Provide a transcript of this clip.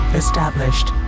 established